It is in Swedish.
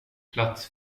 plats